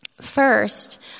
First